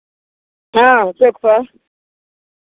हँ चौकपर